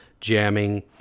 jamming